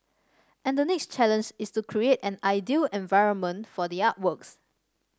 and the next challenge is to create an ideal environment for the artworks